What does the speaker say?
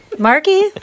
Marky